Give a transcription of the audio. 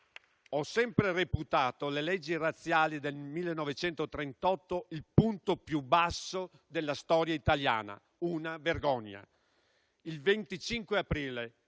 Ho sempre reputato le leggi razziali del 1938 il punto più basso della storia italiana, una vergogna». Il 25 aprile